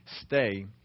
Stay